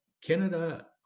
Canada